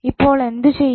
ഇപ്പോൾ എന്ത് ചെയ്യും